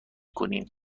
کنیم